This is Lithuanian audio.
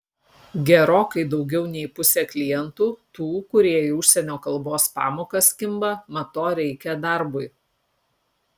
gerokai daugiau nei pusė klientų tų kurie į užsienio kalbos pamokas kimba mat to reikia darbui